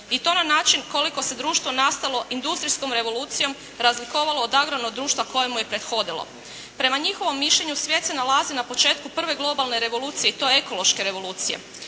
i to na način koliko se društvo nastalo industrijskom revolucijom razlikovalo od …/Govornik se ne razumije./… društva koje mu je prethodilo. Prema njihovom mišljenju svijet se nalazi na početku prve globalne revolucije i to ekološke revolucije.